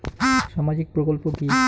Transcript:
সামাজিক প্রকল্প কি?